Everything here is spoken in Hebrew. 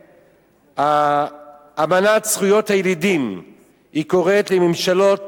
אמנת זכויות הילידים קוראת לממשלות